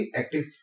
active